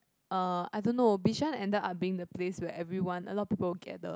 uh I don't know Bishan ended up being the place where everyone a lot of people will gather